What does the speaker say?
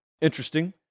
Interesting